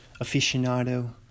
aficionado